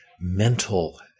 mental